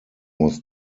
was